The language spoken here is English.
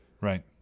Right